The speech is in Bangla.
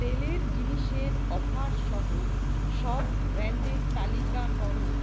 তেলের জিনিসের অফার সহ সব ব্র্যান্ডের তালিকা করো